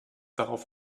darauf